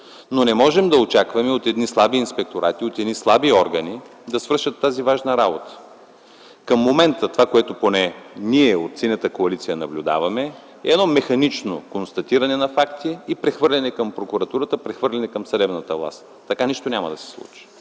Но не можем да очакваме от слаби инспекторати и слаби органи да свършат тази важна работа. В момента това, което наблюдаваме от Синята коалиция, е механично констатиране на факти и прехвърляне към прокуратурата, към съдебната власт. Така нищо няма да се случи,